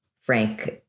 Frank